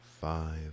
five